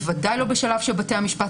ודאי לא בשלב שבתי המשפט.